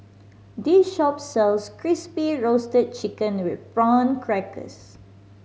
this shop sells Crispy Roasted Chicken with Prawn Crackers